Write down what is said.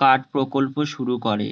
card প্রকল্প শুরু করে